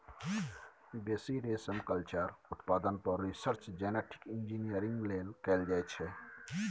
बेसी रेशमकल्चर उत्पादन पर रिसर्च जेनेटिक इंजीनियरिंग लेल कएल जाइत छै